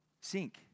sink